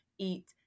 eat